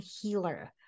healer